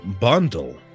Bundle